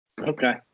Okay